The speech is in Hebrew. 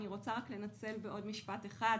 אני רוצה לנצל את הבמה הזו לעוד משפט אחד,